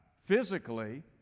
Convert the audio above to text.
physically